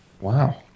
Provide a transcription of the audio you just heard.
Wow